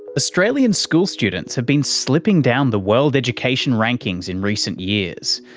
australian school students have been slipping down the world education rankings in recent years,